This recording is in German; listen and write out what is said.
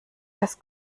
das